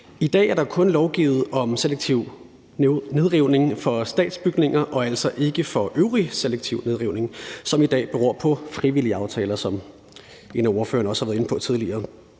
I dag er der kun lovgivet om selektiv nedrivning for statsbygninger og altså ikke for øvrig selektiv nedrivning, som i dag beror på frivillige aftaler, hvilket en af ordførerne også har været inde på tidligere.